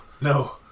No